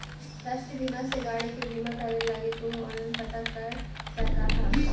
राष्ट्रीय बीमा से गाड़ी के बीमा करे लगी तु ऑनलाइन पता कर सकऽ ह